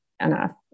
enough